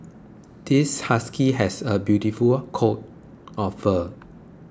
this husky has a beautiful coat of fur